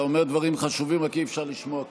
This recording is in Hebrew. אתה אומר דברים חשובים, רק אי-אפשר לשמוע כלום.